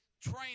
train